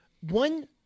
one